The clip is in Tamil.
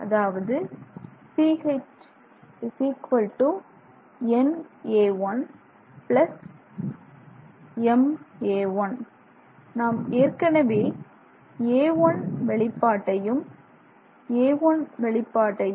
அதாவது Ch na1ma2 நாம் ஏற்கனவே a1 வெளிப்பாட்டையும் a1 வெளிப்பாட்டையும்